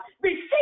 Receive